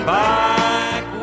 back